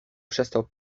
przestał